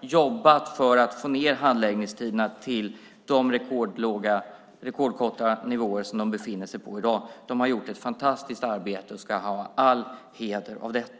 jobbat för att få ned handläggningstiderna till de rekordkorta nivåer som de befinner sig på i dag. De har gjort ett fantastiskt arbete och ska ha all heder av det.